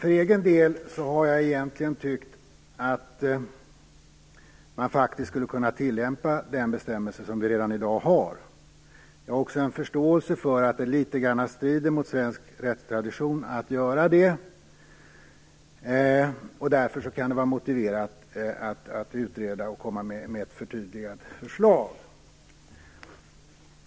Jag har tyckt att man faktiskt skulle kunna tillämpa den bestämmelse som finns redan i dag. Jag har också en förståelse för att det strider litet mot svensk rättstradition att göra det. Därför kan det vara motiverat att utreda och komma med ett förtydligat förslag.